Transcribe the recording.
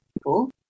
people